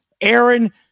Aaron